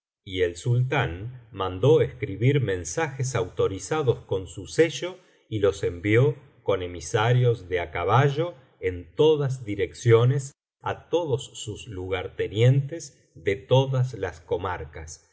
y el sultán mandó escribir mensajes autorizados con su sello y los envió con emisarios de á caballo en todas direcciones á todos sus lugartenientes de todas las comarcas